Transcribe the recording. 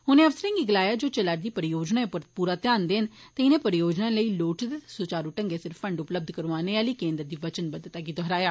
उनें अफसरें गी गलाया जे ओ चला'रदी परियोजनाएं उप्पर पूरा ध्यान देन ते इनें परियोजनाएं लेई लोड़चदे ते सूचारू ढंगै सिर फंड उपलब्ध करोआने आली केन्द्र दी वचनबद्वता गी दोहराया